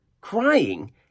crying